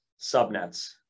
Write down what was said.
subnets